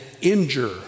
injure